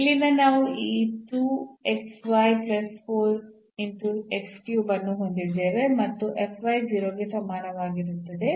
ಇಲ್ಲಿಂದ ನಾವು ಈ ಅನ್ನು ಹೊಂದಿದ್ದೇವೆ ಮತ್ತು 0 ಗೆ ಸಮಾನವಾಗಿರುತ್ತದೆ